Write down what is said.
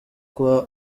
kwa